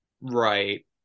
Right